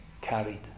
carried